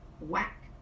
whack